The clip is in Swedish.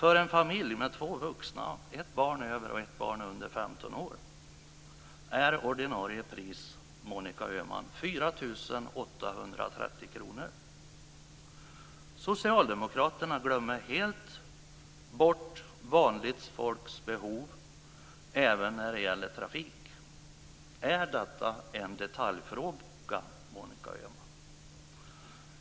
Öhman, 4 830 kr. Socialdemokraterna glömmer helt bort vanligt folks behov, även när det gäller trafik. Är detta en detaljfråga, Monica Öhman?